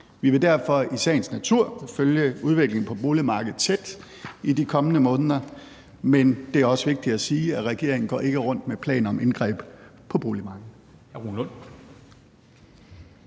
Vi vil derfor i sagens natur følge udviklingen på boligmarkedet tæt i de kommende måneder. Men det er også vigtigt at sige, at regeringen ikke går rundt med planer om indgreb på boligmarkedet.